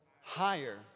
higher